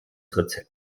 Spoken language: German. rezept